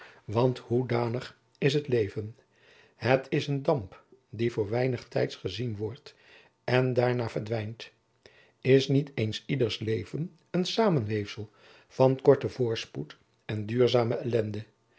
want hoedanig is het leven het is een damp die voor weinig tijds gezien wordt en daarna verdwijnt is niet een ieders leven een samenweefsel van korten voorspoed en duurzame elende